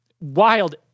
wild